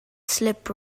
slip